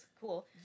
Cool